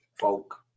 folk